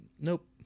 Nope